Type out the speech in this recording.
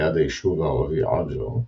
ליד היישוב הערבי ע'ג'ר,